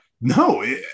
no